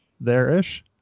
there-ish